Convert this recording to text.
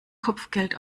kopfgeld